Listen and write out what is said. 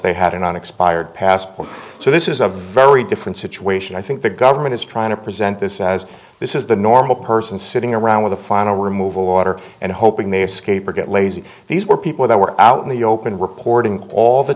they had an unexpired passport so this is a very different situation i think the government is trying to present this as this is the normal person sitting around with a final removal water and hoping they escape or get lazy these were people that were out in the open reporting all the